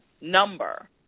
number